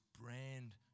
brand